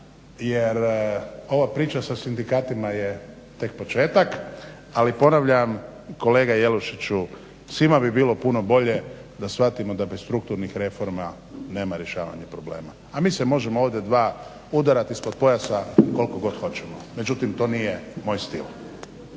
jer ova priča sa sindikatima je tek početak, ali ponavljam kolega Jelušiću svima bi bilo puno bolje da shvatimo da bez strukturnih reformi nema rješavanja problema. A mi se možemo ovdje dva udarati ispod pojasa koliko god hoćemo, međutim to nije moj stil.